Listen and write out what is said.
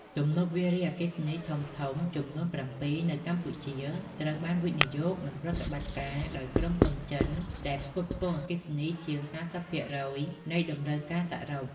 ទំនប់វារីអគ្គិសនីធំៗចំនួន ៧ នៅកម្ពុជាត្រូវបានវិនិយោគ និងប្រតិបត្តិការដោយក្រុមហ៊ុនចិន ដែលផ្គត់ផ្គង់អគ្គិសនីជាង ៥០% នៃតម្រូវការសរុប។